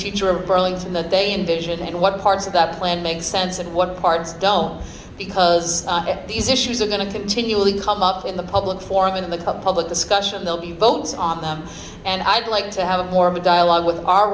future of burlington that they envision and what parts of that plan make sense and what parts don't because these issues are going to continually come up in the public forum in the public discussion they'll be votes on them and i'd like to have more of a dialogue with our